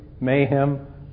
mayhem